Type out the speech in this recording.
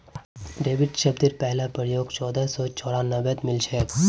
debit शब्देर पहला प्रयोग चोदह सौ चौरानवेत मिलछेक